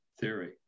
theory